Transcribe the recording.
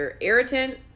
irritant